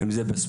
אם זה בספורט.